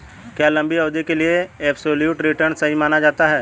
क्या लंबी अवधि के लिए एबसोल्यूट रिटर्न सही माना जाता है?